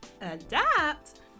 Adapt